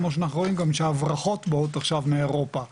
כמו שאנחנו רואים גם שההברחות באות עכשיו מאירופה.